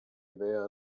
idea